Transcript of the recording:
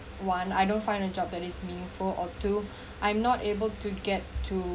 one I don't find a job that is meaningful or two I'm not able to get to